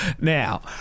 Now